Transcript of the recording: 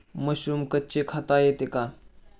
Mushroom कच्चे खाता येते का?